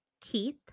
Keith